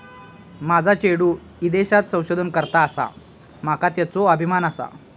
माझा चेडू ईदेशात संशोधन करता आसा, माका त्येचो अभिमान आसा